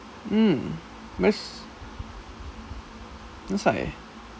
hmm that's that's like